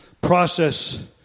process